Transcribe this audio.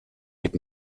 mit